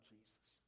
Jesus